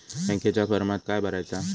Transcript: बँकेच्या फारमात काय भरायचा?